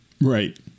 Right